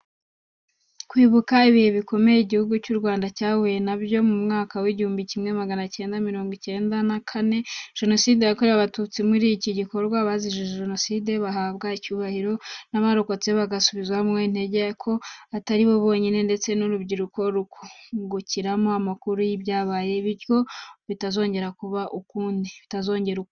Kwibuka ibihe bikomeye igihugu cy’U Rwanda cyahuye na byo mu mwaka w’igihumbi kimwe magana cyenda mirongo icyenda na kane jenoside yakorewe abatutsi, muri iki gikorwa abazize jenoside bahabwa icyubahiro n’abarokotse bagasubizwamo intege ko atari bonyine ndetse n’urubyiruko rukungukiramo amakuru y’ibyabaye, bityo bitazongera ukundi.